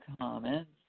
comments